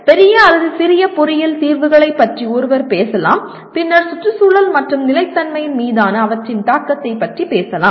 பெரிய அல்லது சிறிய பொறியியல் தீர்வுகளைப் பற்றி ஒருவர் பேசலாம் பின்னர் சுற்றுச்சூழல் மற்றும் நிலைத்தன்மையின் மீதான அவற்றின் தாக்கத்தைப் பற்றி பேசலாம்